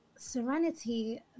serenity